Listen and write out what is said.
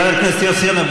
חבר הכנסת יוסי יונה,